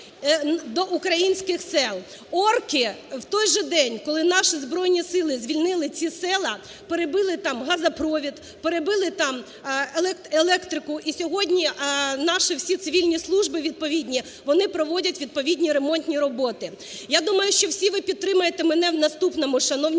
до українських сел. Орки в той же день, коли наші Збройні Сили звільнили ці села, перебили там газопровід, перебили там електрику. І сьогодні наші всі цивільні служби відповідні вони проводять, відповідні, ремонтні роботи. Я думаю, що всі ви підтримаєте мене в наступному, шановні